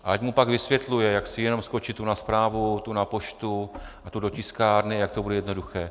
Ať mu pak vysvětluje, jak si jenom skočit tu na správu, tu na poštu, tu do tiskárny, jak to bude jednoduché.